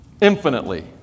Infinitely